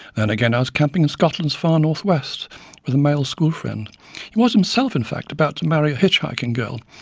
and again, i was camping in scotland's far north west with a school friend he was himself in fact about to marry a hitch-hiking girl,